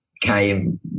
Came